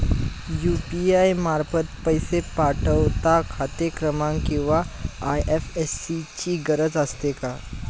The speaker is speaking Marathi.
यु.पी.आय मार्फत पैसे पाठवता खाते क्रमांक किंवा आय.एफ.एस.सी ची गरज असते का?